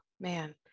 man